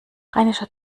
rheinischer